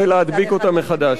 ולהדביק אותם מחדש.